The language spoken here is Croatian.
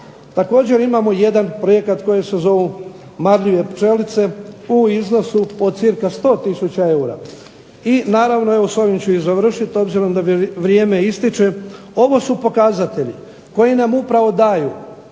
Također imamo i jedan projekat koji se zovu "Marljive pčelice" u iznosu od cirka 100000 eura. I naravno evo s ovim ću i završiti obzirom da mi vrijeme ističe. Ovo su pokazatelji koji nam upravo daju